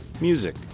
music